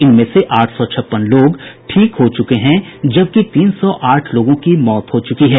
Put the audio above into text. इनमें से आठ सौ छप्पन लोग ठीक हो चुके हैं जबकि तीन सौ आठ लोगों की मौत हो चुकी है